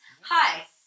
Hi